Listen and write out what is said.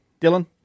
Dylan